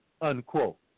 unquote